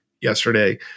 yesterday